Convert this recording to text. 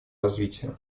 развития